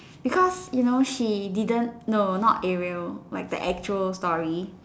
because you know she didn't no not Ariel like the actual story